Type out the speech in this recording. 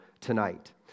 tonight